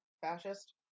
fascist